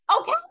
okay